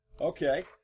Okay